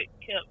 kept